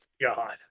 god